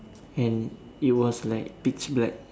and it was like pitch black